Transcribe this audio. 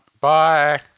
Bye